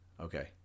Okay